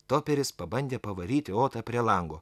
toperis pabandė pavaryti otą prie lango